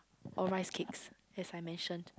or rice cakes as I mention